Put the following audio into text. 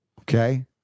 Okay